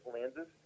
lenses